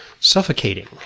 suffocating